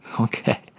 Okay